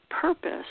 Purpose